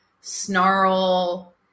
snarl